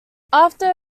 after